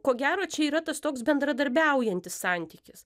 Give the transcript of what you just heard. ko gero čia yra tas toks bendradarbiaujantis santykis